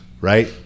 right